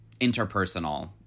interpersonal